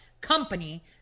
company